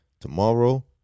Tomorrow